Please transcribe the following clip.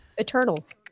Eternals